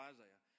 Isaiah